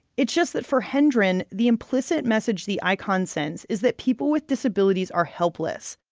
it's just that for hendren, the implicit message the icon sends is that people with disabilities are helpless.